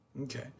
Okay